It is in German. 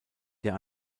der